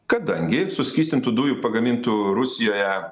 kadangi suskystintų dujų pagamintų rusijoje